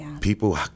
People